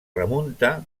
remunta